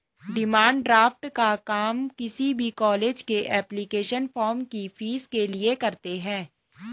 demand draft का काम किसी भी कॉलेज के एप्लीकेशन फॉर्म की फीस के लिए करते है